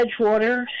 Edgewater